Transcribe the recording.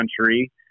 country